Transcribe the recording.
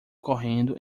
correndo